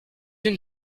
unes